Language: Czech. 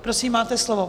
Prosím, máte slovo.